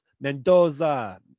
Mendoza